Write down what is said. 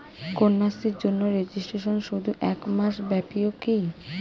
কন্যাশ্রীর জন্য রেজিস্ট্রেশন শুধু এক মাস ব্যাপীই কি?